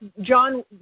John